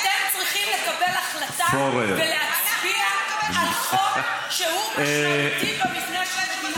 אתם מונעים מאיתנו להצביע על חוק שהוא משמעותי במבנה של מדינת ישראל.